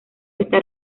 está